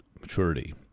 maturity